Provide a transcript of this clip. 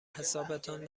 حسابتان